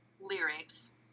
lyrics